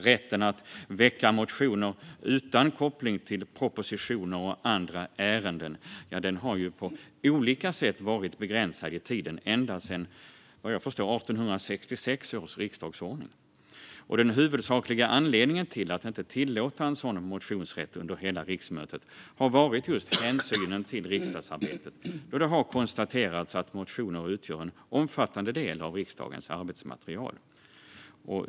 Rätten att väcka motioner utan koppling till propositioner och andra ärenden har på olika sätt varit begränsade i tid ända sedan 1866 års riksdagsordning. Den huvudsakliga anledningen till att inte tillåta en sådan motionsrätt under hela riksmötet har varit hänsynen till riksdagsarbetet. Det har konstaterats att motioner utgör en omfattande del av riksdagens arbetsmaterial.